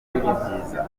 ibyiza